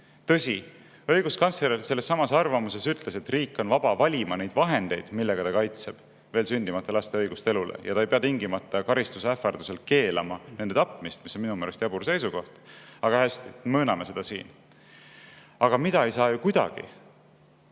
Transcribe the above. Tõsi, õiguskantsler sellessamas arvamuses ütles, et riik on vaba valima neid vahendeid, millega ta kaitseb veel sündimata laste õigust elule. Ta ei pea tingimata karistuse ähvardusel keelama nende tapmist. See on minu meelest jabur seisukoht, aga hästi, mööname seda siin. Aga mida ei saa ju kuidagi